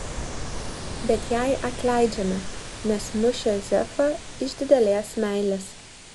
bet jai atleidžiame nes mušė zefą iš didelės meilės